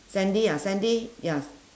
sandy ah sandy ya